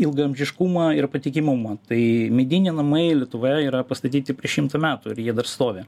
ilgaamžiškumą ir patikimumą tai mediniai namai lietuvoje yra pastatyti prieš šimtą metų ir jie dar stovi